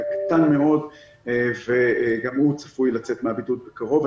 קטן מאוד וגם הוא צפוי לצאת מהבידוד בקרוב.